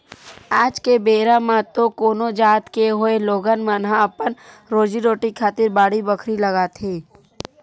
आज के बेरा म तो कोनो जात के होवय लोगन मन ह अपन रोजी रोटी खातिर बाड़ी बखरी लगाथे